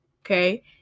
okay